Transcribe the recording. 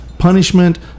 punishment